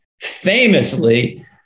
famously